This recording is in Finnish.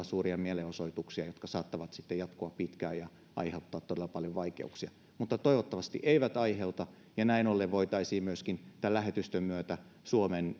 suuria mielenosoituksia jotka saattavat sitten jatkua pitkään ja aiheuttaa todella paljon vaikeuksia mutta toivottavasti eivät aiheuta ja näin ollen voitaisiin myöskin tämän lähetystön myötä suomen